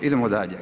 Idemo dalje.